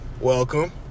welcome